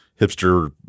hipster